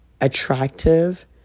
attractive